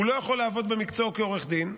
הוא לא יכול לעבוד במקצועו כעורך דין,